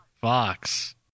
Fox